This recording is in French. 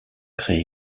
créer